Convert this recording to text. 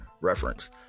reference